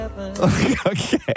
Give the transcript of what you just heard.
Okay